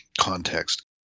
context